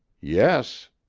yes.